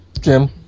Jim